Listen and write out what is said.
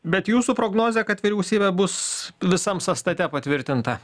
bet jūsų prognozė kad vyriausybė bus visam sąstate patvirtinta